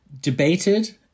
debated